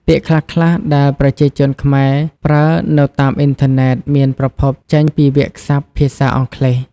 ពាក្យខ្លះៗដែលប្រជាជនខ្មែរប្រើនៅតាមអ៊ីនធឺណិតមានប្រភពចេញពីវាក្យសព្ទភាសាអង់គ្លេស។